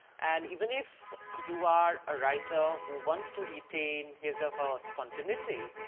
and even if you are a writer who wants to retain his or her spontaneity,